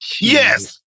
Yes